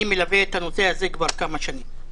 אני מלווה את הנושא הזה כבר כמה שנים.